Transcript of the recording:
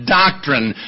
doctrine